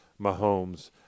Mahomes